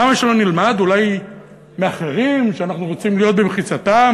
למה שלא נלמד אולי מאחרים שאנחנו רוצים להיות במחיצתם,